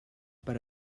per